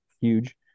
huge